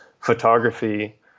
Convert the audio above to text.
photography